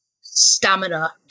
stamina